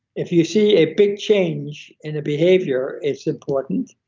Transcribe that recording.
if you see a big change in the behavior it's important,